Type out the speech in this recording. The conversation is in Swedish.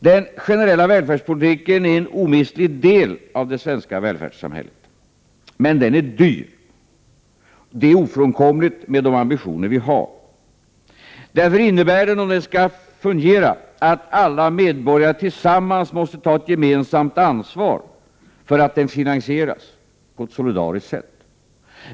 Den generella välfärdspolitiken är en omistlig del av det svenska välfärdssamhället. Men den är dyr. Det är ofrånkomligt med de ambitioner som vi har. Det innebär att alla medborgare tillsammans måste ta ett gemensamt ansvar för att den finansieras på ett solidariskt sätt.